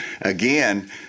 again